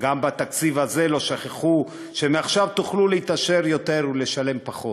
גם בתקציב הזה לא שכחו שמעכשיו תוכלו להתעשר יותר ולשלם פחות,